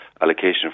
allocation